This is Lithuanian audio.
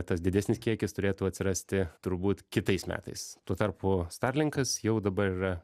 tas didesnis kiekis turėtų atsirasti turbūt kitais metais tuo tarpu starlinkas jau dabar yra